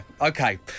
Okay